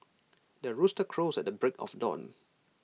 the rooster crows at the break of dawn